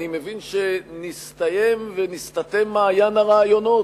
אני מבין שנסתיים ונסתתם מעיין הרעיונות.